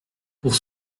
pour